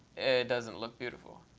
it doesn't look beautiful.